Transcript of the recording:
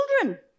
children